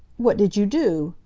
what did you do?